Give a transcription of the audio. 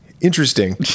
Interesting